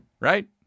right